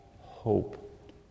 hope